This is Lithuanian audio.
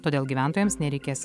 todėl gyventojams nereikės